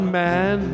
man